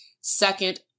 second